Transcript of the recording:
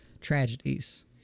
tragedies